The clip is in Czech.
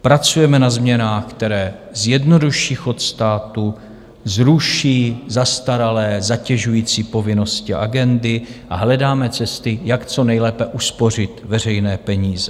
Pracujeme na změnách, které zjednoduší chod státu, zruší zastaralé zatěžující povinnosti, agendy, a hledáme cesty, jak co nejlépe uspořit veřejné peníze.